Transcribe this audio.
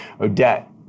Odette